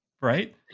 right